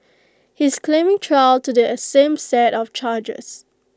he is claiming trial to the same set of charges